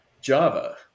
Java